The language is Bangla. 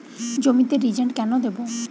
জমিতে রিজেন্ট কেন দেবো?